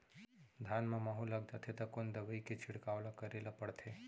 धान म माहो लग जाथे त कोन दवई के छिड़काव ल करे ल पड़थे?